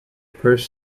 purse